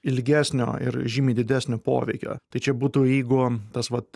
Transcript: ilgesnio ir žymiai didesnio poveikio tai čia būtų jeigu tas vat